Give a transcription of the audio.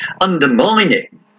undermining